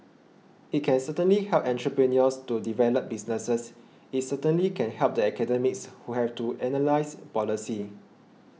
it can certainly help entrepreneurs to develop businesses it certainly can help the academics who have to analyse policy